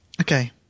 Okay